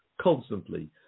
constantly